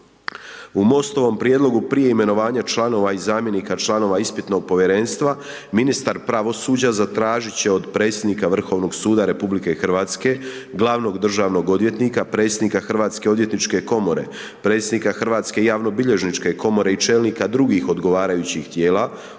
U MOST-ovom prijedlogu prije imenovanja članova i zamjenika članova ispitnog povjerenstva ministar pravosuđa zatražit će od predsjednika Vrhovnog suda RH, glavnog državnog odvjetnika, predsjednika Hrvatske odvjetničke komore, predsjednika Hrvatske javnobilježničke komore i čelnika drugih odgovarajućih tijela